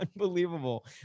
unbelievable